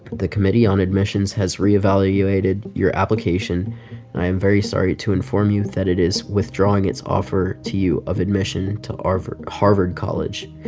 the committee on admissions has reevaluated your application, and i am very sorry to inform you that it is withdrawing its offer to you of admission to ah harvard harvard college.